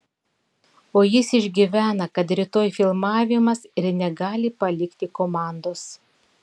o jis išgyvena kad rytoj filmavimas ir negali palikti komandos